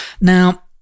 Now